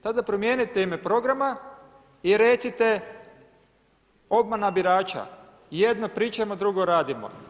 Tada promijenite ime programa i recite obmana birača, jedno pričamo, drugo radimo.